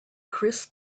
chris